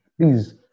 please